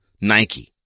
Nike